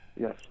Yes